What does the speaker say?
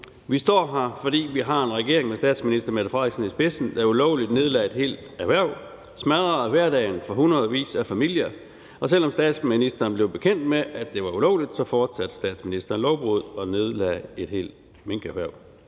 Vi står her, fordi vi har en regering med statsminister Mette Frederiksen i spidsen, der ulovligt nedlagde et helt erhverv og smadrede hverdagen for hundredvis af familier, og selv om statsministeren blev bekendt med, at det var ulovligt, fortsatte statsministeren lovbruddet og nedlagde et helt minkerhverv.